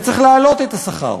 וצריך להעלות את השכר.